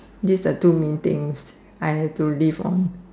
this are two main things I have to live on